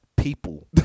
people